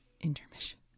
intermission